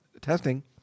Testing